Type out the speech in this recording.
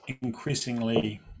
increasingly